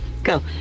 Go